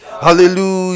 hallelujah